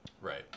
Right